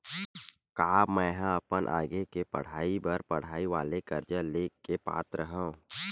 का मेंहा अपन आगे के पढई बर पढई वाले कर्जा ले के पात्र हव?